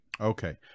Okay